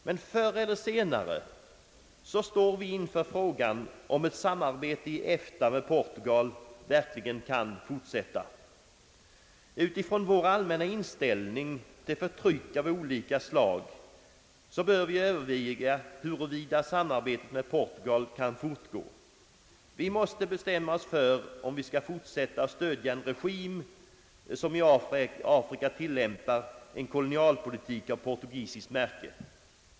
Men förr eller senare står vi inför frågan om ett samarbete i EFTA med Portugal verkligen kan fortsätta. Utifrån vår allmänna inställning mot förtryck av olika slag bör vi överväga huruvida samarbetet med Portugal kan fortgå. Vi måste bestämma oss för om vi skall fortsätta att stödja en regim, som i Afrika tillämpar en kolonialpolitik av portugisiskt märke.